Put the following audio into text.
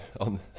on